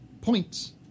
Points